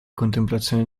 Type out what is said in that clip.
contemplazione